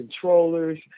controllers